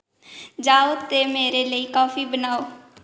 जाओ ते मेरे लेई काफी बनाओ